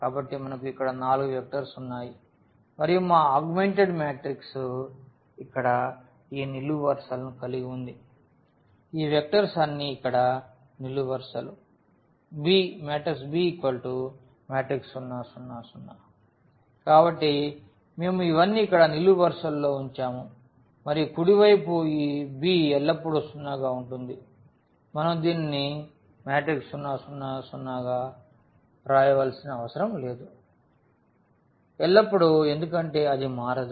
కాబట్టి మనకు ఇక్కడ నాలుగు వెక్టర్స్ ఉన్నాయి మరియు మా ఆగ్మెంటెడ్ మ్యాట్రిక్స్ ఇక్కడ ఈ నిలువు వరుసలను కలిగి ఉంది ఈ వెక్టర్స్ అన్నీ ఇక్కడ నిలువు వరుసలు b0 0 0 కాబట్టి మేము ఇవన్నీ ఇక్కడ నిలువు వరుసలలో ఉంచాము మరియు కుడి వైపు ఈ b ఎల్లప్పుడూ 0 గా ఉంటుంది మనం దీనిని 0 0 0 కూడా వ్రాయవలసిన అవసరం లేదు ఎల్లప్పుడూ ఎందుకంటే అది మారదు